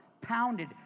pounded